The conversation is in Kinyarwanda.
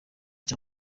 cya